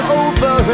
over